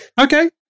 Okay